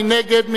מי נגד?